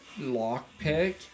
lockpick